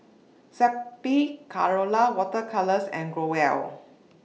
Zappy Colora Water Colours and Growell